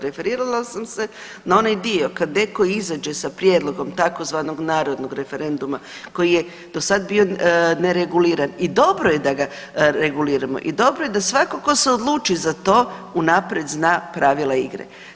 Referirala sam se na onaj dio kad netko izađe sa prijedlogom tzv. narodnog referenduma koji je do sada bio nereguliran i dobro je da ga reguliramo i dobro je da svako tko se odluči za to unaprijed zna pravila igre.